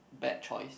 bad choice